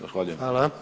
Zahvaljujem.